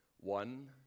One